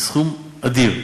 זה סכום אדיר.